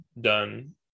done